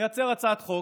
נייצר הצעת חוק,